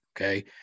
okay